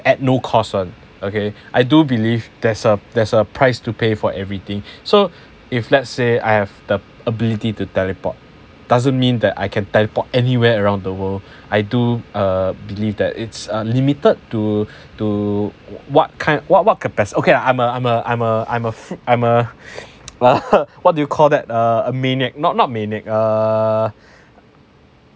at no cost one okay I do believe there's a there's a price to pay for everything so if let's say I have the ability to teleport doesn't mean that I can teleport anywhere around the world I do believe that it's limited to to what kind what what capaci~ okay I'm a I'm a I'm a I'm a I'm a well what do you call that a maniac not not manic err